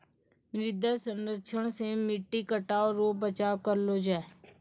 मृदा संरक्षण से मट्टी कटाव रो बचाव करलो जाय